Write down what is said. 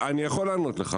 אני יכול לענות לך,